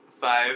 five